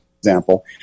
example